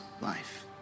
life